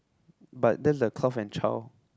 but then the cloth and child